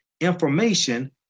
information